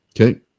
Okay